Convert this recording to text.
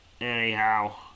Anyhow